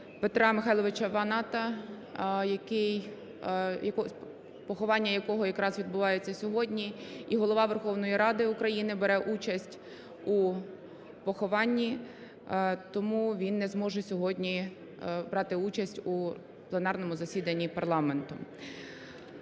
Петра Михайловича Ваната, поховання якого якраз відбувається сьогодні і Голова Верховної Ради України бере участь у похованні, тому він не зможе сьогодні брати участь у пленарному засіданні парламенту.